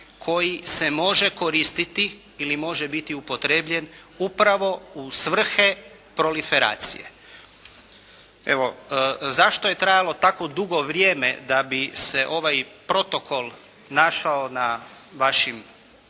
koji se može koristiti ili može biti upotrijebljen upravo u svrhe proliferacije. Evo, zašto je trajalo tako dugo vrijeme da bi se ovaj protokol našao na vašim klupama?